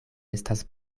estas